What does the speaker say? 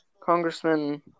congressman